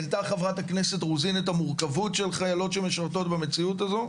העלתה חברת הכנסת רוזין את המורכבות של חיילות שמשרתות במציאות הזו.